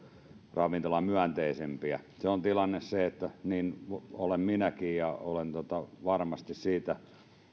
ravintolamyönteisempiä se on tilanne ja niin minäkin olen varmasti